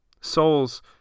Souls